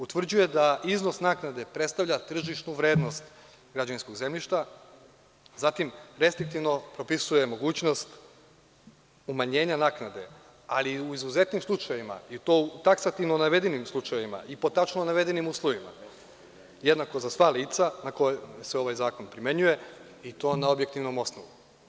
Utvrđuje se da iznos naknade predstavlja tržišnu vrednost građevinskog zemljišta, zatim, restriktivnom propisuje mogućnost umanjenja naknade, ali u izuzetnim slučajevima i to u taksativno navedenim slučajevima i pod tačno navedenim uslovima, jednako za sva lica na koje se ovaj zakon primenjuje i to na objektivnom osnovu.